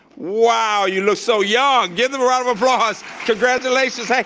wow, you look so young, give them a round of applause. congratulations hank.